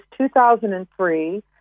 2003